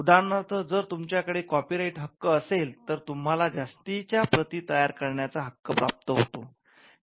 उदाहरणार्थ जर तुमच्याकडे कॉपीराईट हक्क असेल तर तुम्हाला जास्तीच्या प्रती तयार करण्याचा हक्क प्राप्त होतो